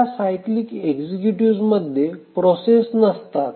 ह्या cyclic executive मध्ये process नसतात